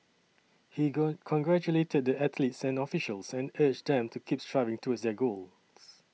he going congratulated the athletes and officials and urged them to keep striving towards their goals